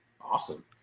awesome